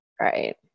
Right